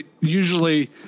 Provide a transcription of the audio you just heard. usually